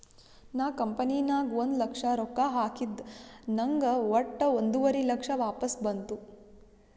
ನಾ ಕಂಪನಿ ನಾಗ್ ಒಂದ್ ಲಕ್ಷ ರೊಕ್ಕಾ ಹಾಕಿದ ನಂಗ್ ವಟ್ಟ ಒಂದುವರಿ ಲಕ್ಷ ವಾಪಸ್ ಬಂತು